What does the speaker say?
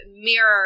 mirror